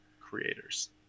creators